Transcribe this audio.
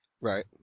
Right